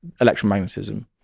electromagnetism